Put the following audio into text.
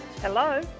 Hello